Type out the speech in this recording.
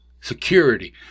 security